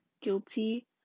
guilty